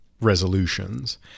resolutions